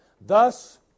Thus